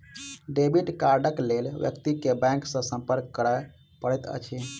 debit कार्डक लेल व्यक्ति के बैंक सॅ संपर्क करय पड़ैत अछि